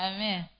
Amen